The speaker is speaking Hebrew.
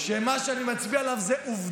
תודה.